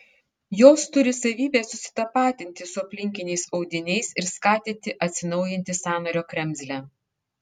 jos turi savybę susitapatinti su aplinkiniais audiniais ir skatinti atsinaujinti sąnario kremzlę